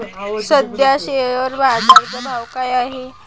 सध्या शेअर बाजारा चा भाव काय चालू आहे?